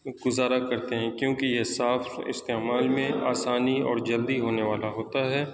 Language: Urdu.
گزارا کرتے ہیں کیونکہ یہ صاف استعمال میں آسانی اور جلدی ہونے والا ہوتا ہے